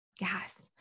Yes